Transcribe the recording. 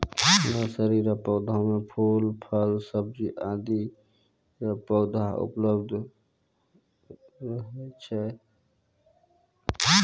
nursery रो पौधा मे फूल, फल, सब्जी आदि रो पौधा उपलब्ध रहै छै